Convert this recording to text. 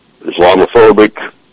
Islamophobic